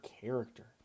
character